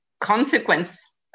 consequence